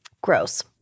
gross